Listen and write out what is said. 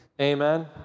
Amen